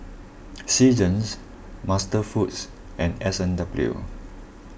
Seasons MasterFoods and S and W